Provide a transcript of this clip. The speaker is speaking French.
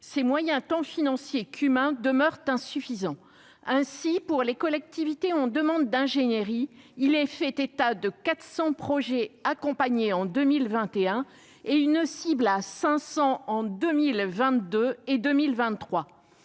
ceux-ci, tant financiers qu'humains, demeurent insuffisants. Ainsi, pour les collectivités en demande d'ingénierie, il est fait état de 400 projets accompagnés en 2021 et d'une cible de 500 projets en 2022 et 2023.